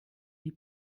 die